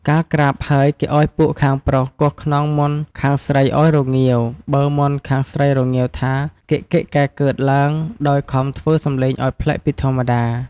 កាលក្រាបហើយគេឱ្យពួកខាងប្រុសគោះខ្នងមាន់ខាងស្រីឱ្យរងាវ បើមាន់ខាងស្រីរងាវថា កិកកិកែកឺត ឡើង ដោយខំធ្វើសំឡេងឱ្យប្លែកពីធម្មតា។